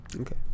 Okay